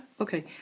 okay